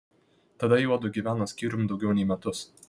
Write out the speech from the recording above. tada juodu gyveno skyrium daugiau nei metus